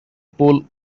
pool